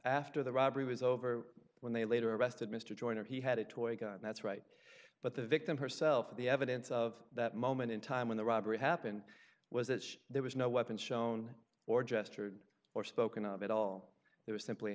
after the robbery was over when they later arrested mr joyner he had a toy gun that's right but the victim herself the evidence of that moment in time when the robbery happened was that there was no weapon shown or gestured or spoken up at all it was simply